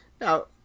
Now